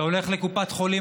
אתה הולך לקופת חולים,